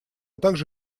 также